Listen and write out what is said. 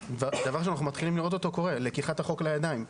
דבר שאנחנו מתחילים לראות אותו קורה לקיחת החוק לידיים.